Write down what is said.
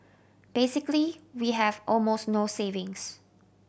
basically we have almost no savings